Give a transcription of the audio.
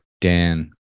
dan